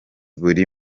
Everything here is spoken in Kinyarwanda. buri